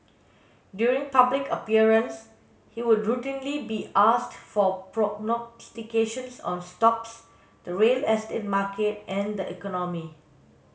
during public appearance he would routinely be asked for prognostications on stocks the real estate market and the economy